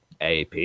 ap